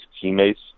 teammates